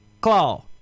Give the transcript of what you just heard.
Claw